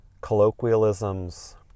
colloquialisms